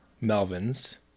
Melvin's